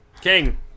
King